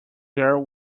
girl